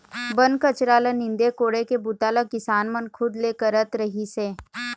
बन कचरा ल नींदे कोड़े के बूता ल किसान मन खुद ले करत रिहिस हे